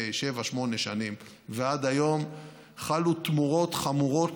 שבע או שמונה שנים ועד היום חלו תמורות חמורות,